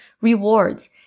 rewards